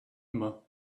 immer